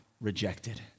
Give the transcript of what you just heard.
rejected